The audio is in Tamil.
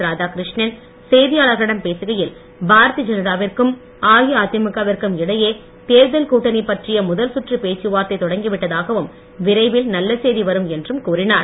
ராதாகிருஷ்ணன் செய்தியாளர்களிடம் பேசுகையில் பாரதிய ஜனதா விற்கும் அஇஅதிமுக விற்கும் இடையே தேர்தல் கூட்டணி பற்றிய முதல் சுற்று பேச்சுவார்த்தை தொடங்கி விட்டதாகவும் விரைவில் நல்ல சேதி வரும் என்றும் கூறினார்